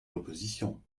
l’opposition